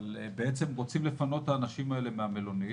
אבל התרשמתי שרוצים לפנות את האנשים האלה מהמלונית.